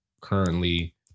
currently